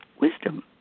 wisdom